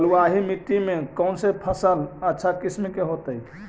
बलुआही मिट्टी में कौन से फसल अच्छा किस्म के होतै?